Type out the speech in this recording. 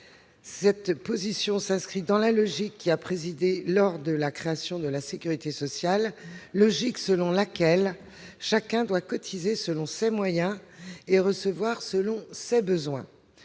Cette position s'inscrit dans la logique qui a prévalu lors de la création de la sécurité sociale et selon laquelle chacun doit cotiser selon ses moyens et recevoir selon ses besoins.